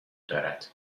دارد